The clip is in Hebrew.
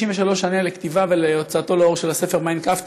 שנה לכתיבתו ולהוצאתו לאור של הספר "מיין קאמפף",